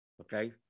okay